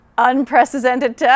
Unprecedented